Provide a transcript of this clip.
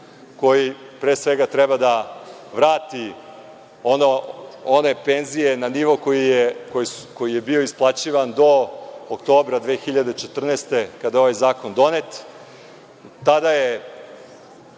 koji pre svega treba da vrati one penzije na nivo koji je bio isplaćivan do oktobra 2014. godine kada je zakon donet.